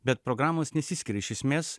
bet programos nesiskiria iš esmės